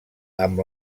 amb